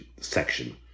section